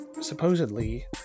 supposedly